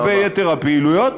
לגבי יתר הפעילויות,